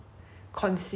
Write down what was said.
very useful lah